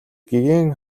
гэгээн